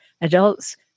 adults